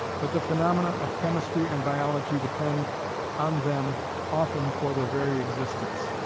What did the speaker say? but the phaenomena of chemistry and biology depend on them often for their very existence.